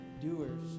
doers